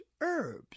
herbs